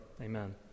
Amen